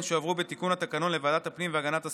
שהועברו בתיקון התקנון לוועדת הפנים והגנת הסביבה: